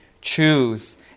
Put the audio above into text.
choose